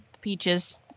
peaches